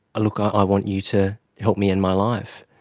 look, ah i want you to help me in my life.